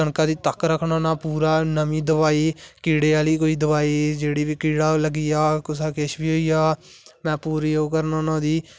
कनका दी तक्क रक्खना होना पूरा नमी दबाई कीडे़ं आहली कोई दवाई जेहड़ी बी कीड़ा लग्गी जा कुसै किश बा होई जा में पुरी ओह् करना होना ओहदी